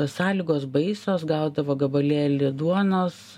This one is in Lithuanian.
sąlygos baisios gaudavo gabalėlį duonos